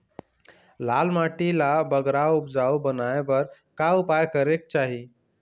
लाल माटी ला बगरा उपजाऊ बनाए बर का उपाय करेक चाही?